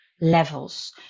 levels